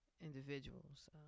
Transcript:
individuals